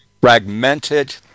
fragmented